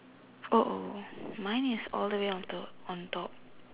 oh oh mine is all the way on top on top